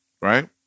Right